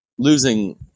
Losing